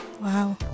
Wow